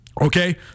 Okay